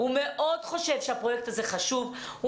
הוא חושב שהפרויקט הזה חשוב מאוד,